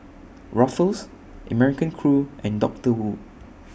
Ruffles American Crew and Doctor Wu